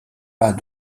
pas